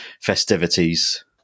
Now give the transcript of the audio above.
festivities